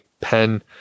pen